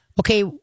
Okay